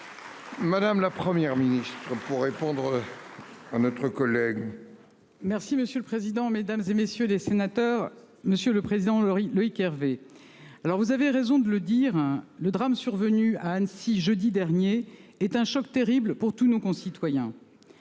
Madame, la Première ministre pour répondre. À notre collègue. Merci monsieur le président, Mesdames, et messieurs les sénateurs, Monsieur le Président le riz Loïc Hervé, alors vous avez raison de le dire hein. Le drame survenu à Annecy jeudi dernier est un choc terrible pour tous nos concitoyens.